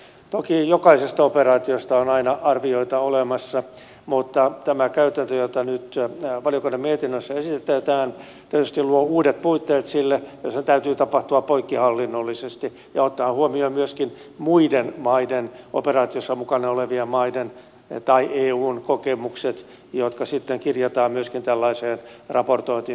toki jokaisesta operaatiosta on aina arvioita olemassa mutta tämä käytäntö jota nyt valiokunnan mietinnössä esitetään tietysti luo uudet puitteet sille ja sen täytyy tapahtua poikkihallinnollisesti ja ottaen huomioon myöskin muiden operaatiossa mukana olevien maiden tai eun kokemukset jotka sitten kirjataan myöskin tällaiseen raportointiin